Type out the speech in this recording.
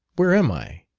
where am i,